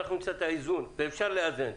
אנחנו נמצא את האיזון, ואפשר לאזן.